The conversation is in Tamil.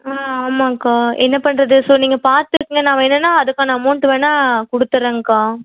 ஆ ஆமாக்கா என்ன பண்ணுறது ஸோ நீங்கள் பார்த்துருங்க நான் வேணும்னா அதுக்கான அமௌன்ட் வேணால் கொடுத்துறேங்க்கா